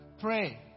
Pray